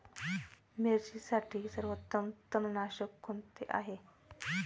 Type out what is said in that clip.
मिरचीसाठी सर्वोत्तम तणनाशक कोणते आहे?